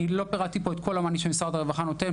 לא פירטתי פה את כל המענים שמשרד הרווחה נותן,